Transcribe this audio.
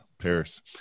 Paris